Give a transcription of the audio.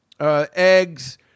Eggs